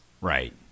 Right